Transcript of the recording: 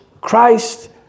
Christ